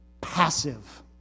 passive